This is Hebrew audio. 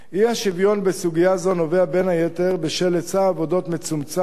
האי-שוויון בסוגיה זו נובע בין היתר מהיצע עבודות מצומצם